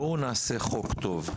בואו נעשה חוק טוב.